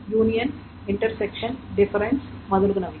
union intersection difference మొదలగునవి